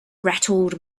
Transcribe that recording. rattled